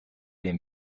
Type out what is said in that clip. dem